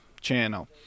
channel